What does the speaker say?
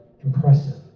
impressive